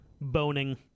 boning